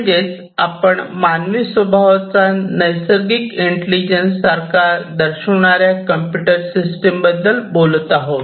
म्हणजेच आपण मानवी स्वभावाचा नैसर्गिक इंटलिजन्स सारखा दर्शविणाऱ्या कॉम्प्युटर सिस्टीम बद्दल बोलत आहोत